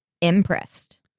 impressed